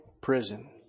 prison